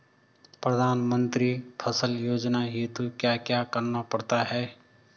प्रधानमंत्री फसल योजना हेतु क्या क्या करना पड़ता है?